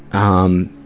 um,